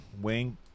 Wing